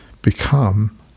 become